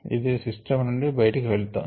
ఇది సిస్టం నుండి బయటకు వెళ్తోంది